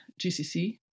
GCC